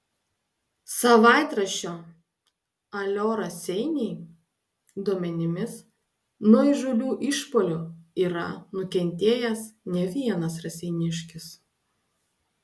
savaitraščio alio raseiniai duomenimis nuo įžūlių išpuolių yra nukentėjęs ne vienas raseiniškis